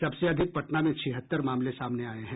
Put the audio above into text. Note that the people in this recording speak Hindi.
सबसे अधिक पटना में छिहत्तर मामले सामने आये हैं